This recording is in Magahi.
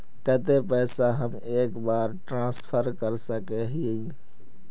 केते पैसा हम एक बार ट्रांसफर कर सके हीये?